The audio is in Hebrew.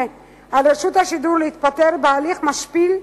על רשות השידור להתפטר בהליך משפיל,